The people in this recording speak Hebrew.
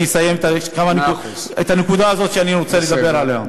אני אסיים את הנקודה הזאת שאני רוצה לדבר עליה.